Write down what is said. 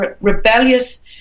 rebellious